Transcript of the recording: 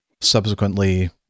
subsequently